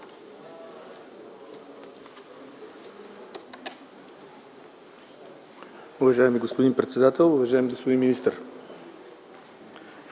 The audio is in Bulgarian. Уважаеми господин председател, уважаеми господин министър!